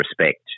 respect